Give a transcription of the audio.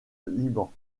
liban